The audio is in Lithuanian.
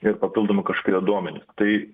ir papildomi kažkurie duomenys tai